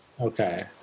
Okay